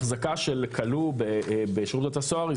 החזקה של כלוא בשירות בתי הסוהר היא